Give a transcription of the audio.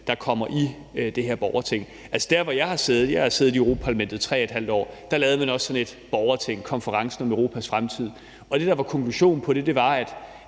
der kommer i det her borgerting. Altså, der, hvor jeg har siddet – jeg har siddet i Europa-Parlamentet i 3½ år – lavede man også sådan et borgerting med konferencen om Europas fremtid, og det, der var konklusionen på det, var, at